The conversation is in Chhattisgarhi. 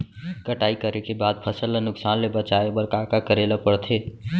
कटाई करे के बाद फसल ल नुकसान ले बचाये बर का का करे ल पड़थे?